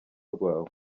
rwawe